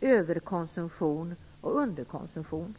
överkonsumtion och underkonsumtion.